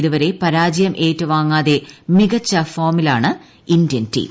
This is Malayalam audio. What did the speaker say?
ഇതുവരെ പരാജയം ഏറ്റുവാങ്ങാതെ മികച്ച ഫോമിലാണ് ഇന്ത്യൻ ടീം